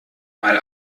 mal